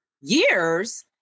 years